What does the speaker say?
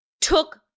took